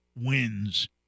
wins